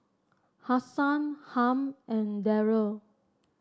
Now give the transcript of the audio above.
Hasan Harm and Darryle